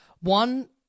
One